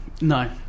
No